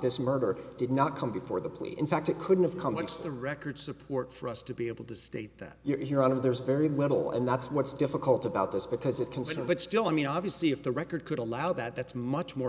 this murder did not come before the plea in fact it couldn't have come once the record support for us to be able to state that you're out of there is very little and that's what's difficult about this because a concern but still i mean obviously if the record could allow that that's much more